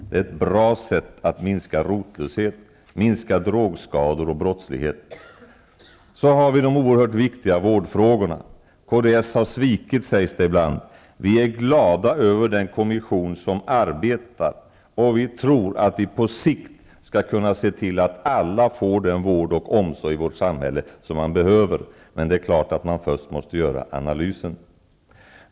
Det är ett bra sätt att minska rotlöshet, minska drogskador och brottslighet. Så har vi de oerhört viktiga vårdfrågorna. Kds har svikit, sägs det ibland. Vi är glada över den kommission som arbetar, och vi tror att vi på sikt skall kunna se till att alla i vårt samhälle skall få den vård och omsorg som de behöver. Men det är klart att man först måste göra analysen.